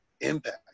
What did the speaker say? impact